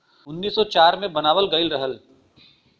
उन्नीस सौ चार मे बनावल गइल रहल